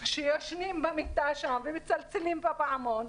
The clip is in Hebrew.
שישנים במיטה ומצלצלים בפעמון,